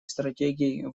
стратегий